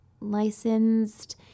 licensed